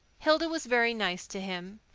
hilda was very nice to him,